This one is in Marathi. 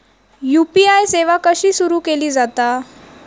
यू.पी.आय सेवा कशी सुरू केली जाता?